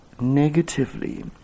negatively